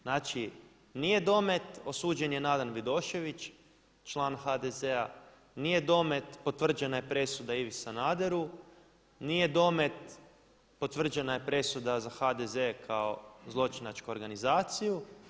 Znači, nije domet osuđen je Nadan Vidošević član HDZ-a, nije domet potvrđena je presuda Ivi Sanaderu, nije domet potvrđena je presuda za HDZ kao zločinačku organizaciju.